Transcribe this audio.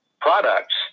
products